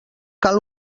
cal